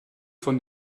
von